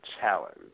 challenge